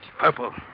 purple